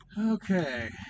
Okay